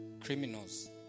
criminals